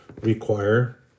require